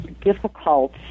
difficult